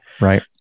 Right